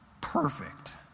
Perfect